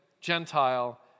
Gentile